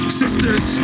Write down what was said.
sisters